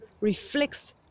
reflects